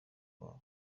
wabo